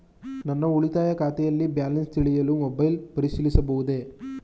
ನನ್ನ ಉಳಿತಾಯ ಖಾತೆಯಲ್ಲಿ ಬ್ಯಾಲೆನ್ಸ ತಿಳಿಯಲು ಮೊಬೈಲ್ ಪರಿಶೀಲಿಸಬಹುದೇ?